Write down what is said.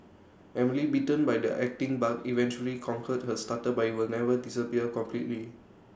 Emily bitten by the acting bug eventually conquered her stutter but IT will never disappear completely